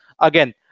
again